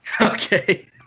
Okay